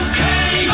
Okay